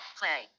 play